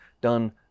done